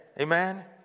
Amen